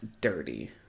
dirty